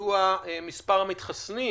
מדוע מספר המתחסנים